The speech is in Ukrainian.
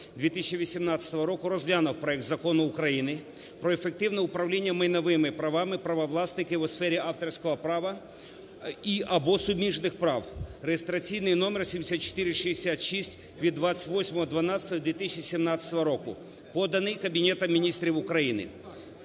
2018 року розглянув проект Закону України про ефективне управління майновими правами правовласників у сфері авторського права або суміжних прав (реєстраційний номер 7466 від 28.12.2017 року), поданий Кабінетом Міністрів України.